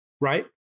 right